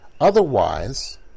Otherwise